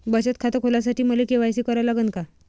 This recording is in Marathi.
बचत खात खोलासाठी मले के.वाय.सी करा लागन का?